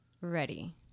ready